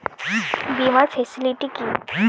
বীমার ফেসিলিটি কি?